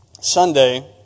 Sunday